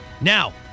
Now